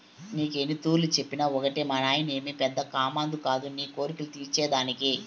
నీకు ఎన్నితూర్లు చెప్పినా ఒకటే మానాయనేమి పెద్ద కామందు కాదు నీ కోర్కెలు తీర్చే దానికి